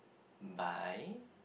bye